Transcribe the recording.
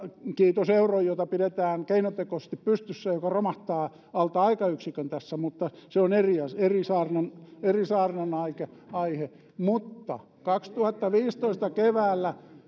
kiitos euron jota pidetään keinotekoisesti pystyssä joka romahtaa alta aikayksikön mutta se on eri asia eri saarnan aihe mutta kaksituhattaviisitoista keväällä